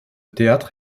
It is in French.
théâtre